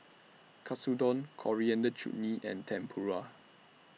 Katsudon Coriander Chutney and Tempura